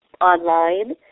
online